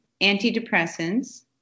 antidepressants